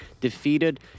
Defeated